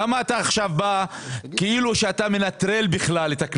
למה אתה בא עכשיו ומנטרל את הכנסת?